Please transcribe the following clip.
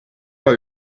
are